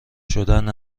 شدن